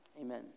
Amen